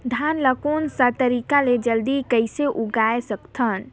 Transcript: धान ला कोन सा तरीका ले जल्दी कइसे उगाय सकथन?